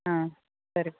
ம் சரிப்